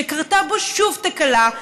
שקרתה בו שוב תקלה,